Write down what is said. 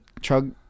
Chug